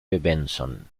benson